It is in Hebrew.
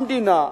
המדינה,